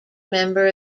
member